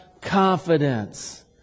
confidence